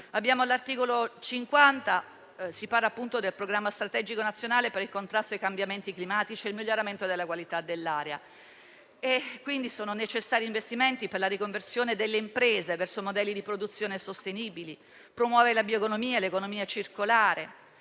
All'articolo 50 si parla del programma strategico nazionale per il contrasto ai cambiamenti climatici e per il miglioramento della qualità dell'aria. Sono quindi necessari investimenti per la riconversione delle imprese verso modelli di produzione sostenibili e la promozione della bioeconomia e dell'economia circolare.